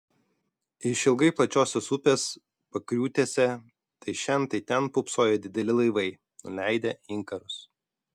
išilgai plačiosios upės pakriūtėse tai šen tai ten pūpsojo dideli laivai nuleidę inkarus